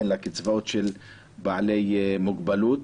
אלא קצבאות של בעלי מוגבלות.